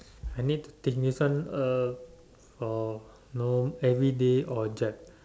I need to think this one uh for norm everyday object